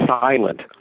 silent